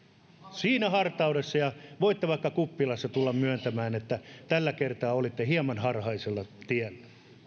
siinä hartaudessa että voitte vaikka kuppilassa tulla myöntämään että tällä kertaa olitte hieman harhaisella tiellä